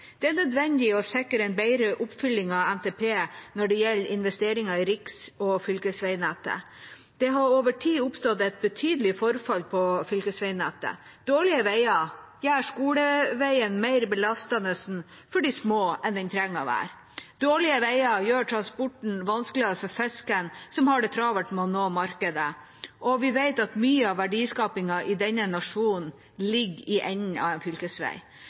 Det er nødvendig å sikre en bedre oppfylling av NTP når det gjelder investeringer i riks- og fylkesveinettet. Det har over tid oppstått et betydelig forfall på fylkesveinettet. Dårlige veier gjør skoleveien mer belastende for de små enn den trenger å være. Dårligere veier vanskeliggjør transporten av fisk, som det er travelt med å få på markedet, og vi vet at mye av verdiskapingen i denne nasjonen ligger i enden av en